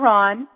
Ron